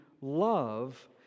love